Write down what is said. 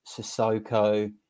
Sissoko